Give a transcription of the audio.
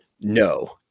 no